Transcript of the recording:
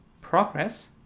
progress